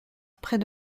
près